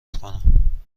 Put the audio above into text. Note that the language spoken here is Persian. کنم